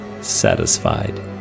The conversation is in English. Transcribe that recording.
satisfied